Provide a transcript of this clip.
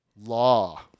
Law